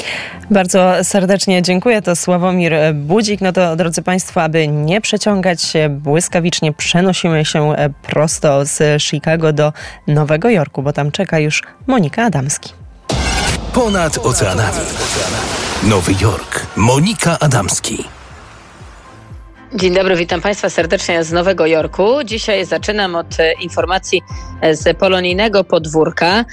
Bardzo serdecznie dziękuję. To Sławomir Budzik. No to, drodzy państwo, aby nie przeciągać się, błyskawicznie przenosimy się, e, prosto z Chicago do Nowego Jorku, bo tam czeka już Monika Adamski. Ponad oceanami. Nowy Jork. Monika Adamski. Dzień dobry, witam państwa serdecznie z Nowego Jorku. Dzisiaj zaczynam od, e, informacji, e, z polonijnego podwórka.